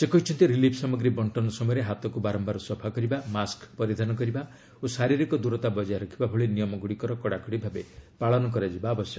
ସେ କହିଛନ୍ତି ରିଲିଫ୍ ସାମଗ୍ରୀ ବଣ୍ଟନ ସମୟରେ ହାତକୁ ବାରମ୍ଭାର ସଫା କରିବା ମାସ୍କ ପରିଧାନ କରିବା ଓ ଶାରୀରିକ ଦୂରତା ବଜାୟ ରଖିବା ଭଳି ନିୟମଗ୍ରଡ଼ିକର କଡ଼ାକଡ଼ି ଭାବେ ପାଳନ କରିବା ଉଚିତ